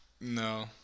No